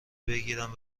بگیرم